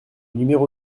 numéro